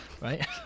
Right